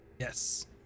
Yes